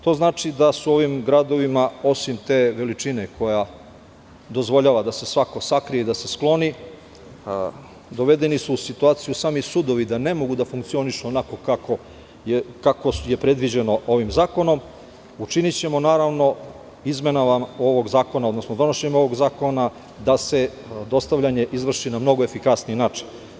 To znači da su u ovim gradovima, osim te veličine koja dozvoljava da se svako sakrije i da se skloni, dovedeni su u situaciju sami sudovi da ne mogu da funkcionišu onako kako je predviđeno ovim zakonom, učinićemo naravno izmenama ovog zakona, odnosno donošenjem ovog zakona da se dostavljanje izvrši na mnogo efikasniji način.